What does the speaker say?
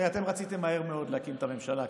הרי אתם רציתם מהר מאוד להקים את הממשלה.